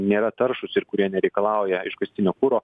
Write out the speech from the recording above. nėra taršūs ir kurie nereikalauja iškastinio kuro